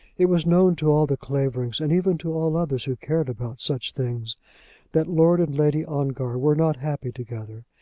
it was known to all the claverings and even to all others who cared about such things that lord and lady ongar were not happy together,